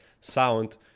sound